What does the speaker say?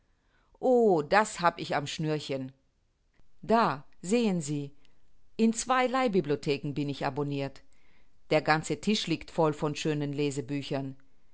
o das hab ich am schnürchen da sehen sie in zwei leihbibliotheken bin ich abonnirt der ganze tisch liegt voll von schönen lesebüchern